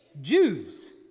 Jews